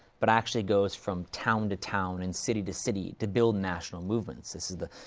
but actually goes from town to town and city to city, to build national movements. this is the,